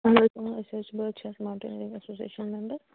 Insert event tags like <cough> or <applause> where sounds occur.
اَہن حظ آ اَسہِ حظ چھُ <unintelligible>